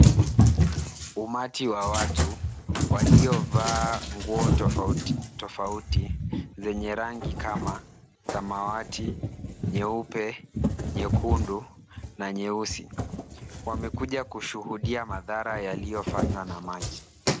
Umati wa watu waliovaa nguo tofauti tofauti zenye rangi kama samawati, nyeupe, nyekundu na nyeusi. Wamekuja kushuhudia madhara yaliyofanywa na maji.